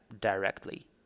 Directly